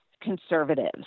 conservatives